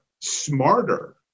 smarter